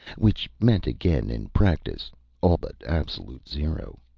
which meant again in practice all but absolute zero.